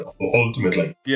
ultimately